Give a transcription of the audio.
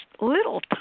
little